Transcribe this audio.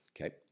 okay